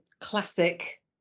classic